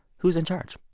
who's in charge?